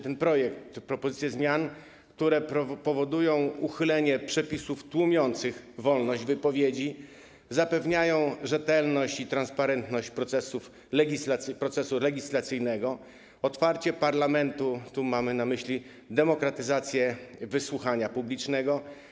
Ten projekt obejmuje propozycje zmian, które powodują uchylenie przepisów tłumiących wolność wypowiedzi, zapewniają rzetelność i transparentność procesu legislacyjnego, otwarcie parlamentu - tu mamy na myśli demokratyzację wysłuchania publicznego.